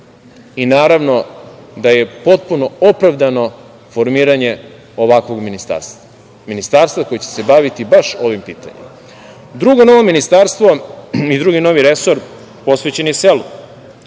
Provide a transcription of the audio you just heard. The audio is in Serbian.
I, naravno, da je potpuno opravdano formiranje ovakvog ministarstva, ministarstva koje će se baviti baš ovim pitanjem. Drugo novo ministarstvo i drugi novi resor posvećen je selu,